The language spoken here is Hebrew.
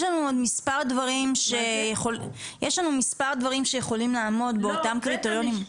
יש לנו מספר דברים שיכולים לעמוד באותם קריטריונים.